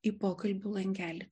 į pokalbių langelį